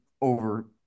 over